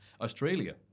Australia